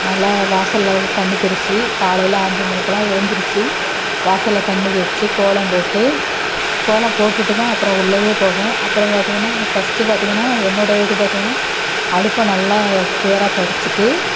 நல்லா வாசலில் வந்து தண்ணி தெளித்து காலையில் அஞ்சு மணிக்குலாம் எழுந்திருச்சு வாசலில் தண்ணி தெளித்து கோலம் போட்டு கோலம் போட்டுட்டு தான் அப்புறம் உள்ளயே போவேன் அப்புறம் பார்த்திங்கனா ஃபஸ்டு பார்த்திங்கனா என்னுடைய இது பார்த்திங்கனா அடுப்பு நல்லா கிளீயராக தொடைச்சிட்டு